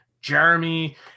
Jeremy